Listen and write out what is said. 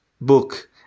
book